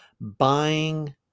buying